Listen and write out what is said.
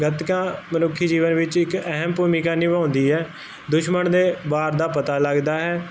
ਗਤਕਾ ਮਨੁੱਖੀ ਜੀਵਨ ਵਿੱਚ ਇੱਕ ਅਹਿਮ ਭੂਮਿਕਾ ਨਿਭਾਉਂਦੀ ਹੈ ਦੁਸ਼ਮਣ ਦੇ ਵਾਰ ਦਾ ਪਤਾ ਲੱਗਦਾ ਹੈ